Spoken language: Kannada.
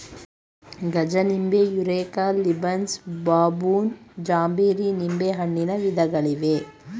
ಗಜನಿಂಬೆ, ಯುರೇಕಾ, ಲಿಬ್ಸನ್, ಬಬೂನ್, ಜಾಂಬೇರಿ ನಿಂಬೆಹಣ್ಣಿನ ವಿಧಗಳಿವೆ